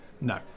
No